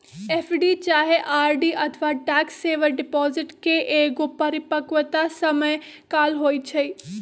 FD चाहे RD अथवा tax saver deposit के एगो परिपक्वता समय काल होइ छइ